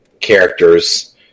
characters